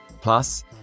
Plus